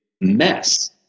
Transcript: mess